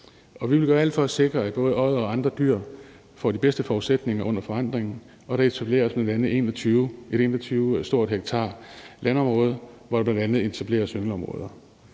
Vi vil gøre alt for at sikre, at både oddere og andre dyr får de bedste forudsætninger under forandringen, og der etableres bl.a. et 21 ha stort landområde, hvor der bl.a. etableres yngleområder.